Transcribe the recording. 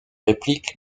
réplique